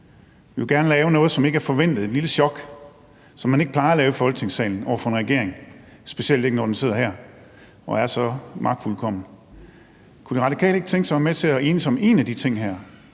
at man gerne vil lave noget, som ikke er forventet, altså et lille chok, som man ikke plejer at lave i Folketingssalen over for en regering, specielt ikke, når den sidder her og er så magtfuldkommen. Kunne De Radikale ikke tænkes at være med til at enes om en af de her